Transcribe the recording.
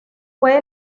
fue